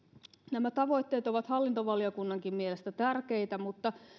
nämä tavoitteet ovat hallintovaliokunnankin mielestä tärkeitä mutta